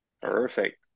Perfect